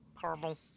Caramel